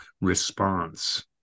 response